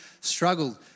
struggled